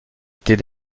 était